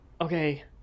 okay